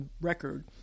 record